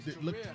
look